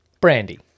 Brandy